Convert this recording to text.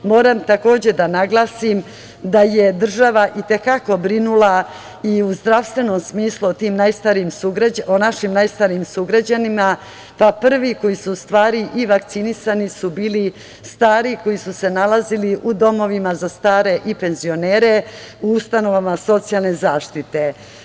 Moram takođe da naglasim da je država i te kako brinula i u zdravstvenom smislu o našim najstarijim sugrađanima, pa prvi koji su u stvari i vakcinisani su bili stari koji su se nalazili u domovima za stare i penzionere, u ustanovama socijalne zaštite.